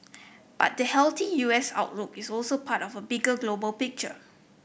but the healthy U S outlook is also part of a bigger global picture